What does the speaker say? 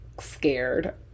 scared